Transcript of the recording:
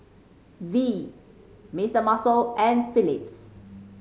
V Mister Muscle and Philips